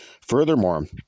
furthermore